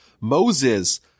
Moses